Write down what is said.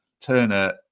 Turner